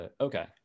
Okay